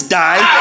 die